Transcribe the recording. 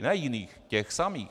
Ne jiných těch samých.